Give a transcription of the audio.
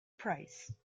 price